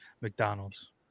McDonald's